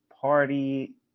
party